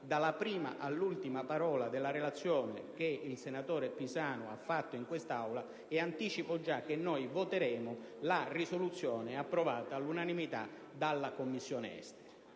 dalla prima all'ultima parola la relazione che il senatore Pisanu ha svolto in quest'Aula e anticipo che voteremo la risoluzione approvata all'unanimità dalla Commissione affari